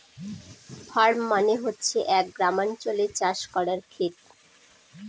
farm মানে হচ্ছে এক গ্রামাঞ্চলে চাষ করার খেত